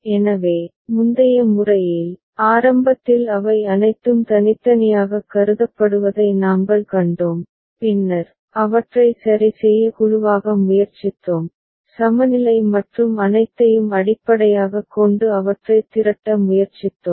எனவே முந்தைய முறையில் ஆரம்பத்தில் அவை அனைத்தும் தனித்தனியாகக் கருதப்படுவதை நாங்கள் கண்டோம் பின்னர் அவற்றை சரி செய்ய குழுவாக முயற்சித்தோம் சமநிலை மற்றும் அனைத்தையும் அடிப்படையாகக் கொண்டு அவற்றைத் திரட்ட முயற்சித்தோம்